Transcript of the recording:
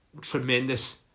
tremendous